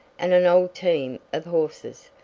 and an old team of horses,